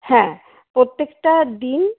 হ্যাঁ প্রত্যেকটা দিন